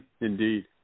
Indeed